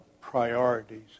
priorities